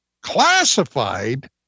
classified